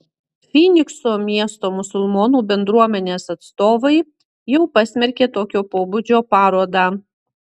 fynikso miesto musulmonų bendruomenės atstovai jau pasmerkė tokio pobūdžio parodą